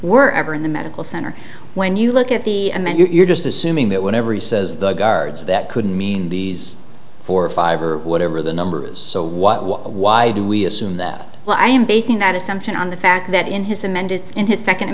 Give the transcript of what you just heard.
were ever in the medical center when you look at the man you're just assuming that whatever he says the guards that could mean these four or five or whatever the number is so what what why do we assume that well i am basing that assumption on the fact that in his amended in his second